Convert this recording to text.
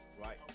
Right